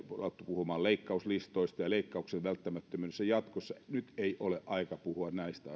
puhumaan leikkauslistoista ja leikkausten välttämättömyydestä jatkossa nyt ei ole aika puhua näistä